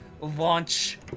Launch